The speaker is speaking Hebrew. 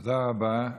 תודה רבה.